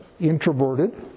introverted